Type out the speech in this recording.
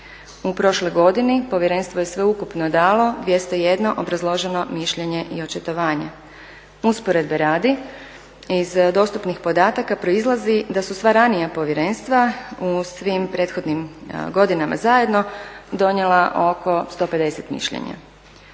U prošloj godini povjerenstvo je sveukupno dalo 201 obrazloženo mišljenje i očitovanje. Usporedbe radi, iz dostupnih podataka proizlazi da su sva ranija povjerenstva u svim prethodnim godinama zajedno donijela oko 150 mišljenja.